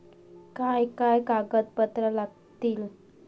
काय काय कागदपत्रा लागतील?